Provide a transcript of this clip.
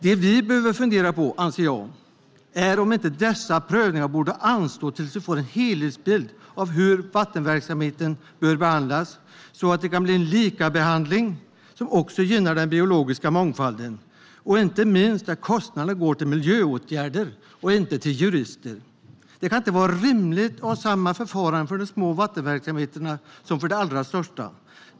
Det vi behöver fundera på, anser jag, är om inte dessa prövningar borde få anstå tills vi får en helhetsbild av hur vattenverksamheten bör behandlas så att det kan bli en likabehandling som också gynnar den biologiska mångfalden och inte minst att kostnaderna går till miljöåtgärder och inte till jurister. Det kan inte vara rimligt att ha samma förfarande för de små vattenverksamheterna som för de allra största.